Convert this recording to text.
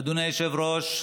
אדוני היושב-ראש,